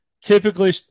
typically